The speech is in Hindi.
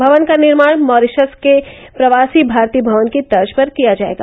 भवन का निर्माण मॉरिशस के प्रवासी भारतीय भवन की तर्ज पर किया जायेगा